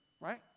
right